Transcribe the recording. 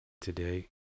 today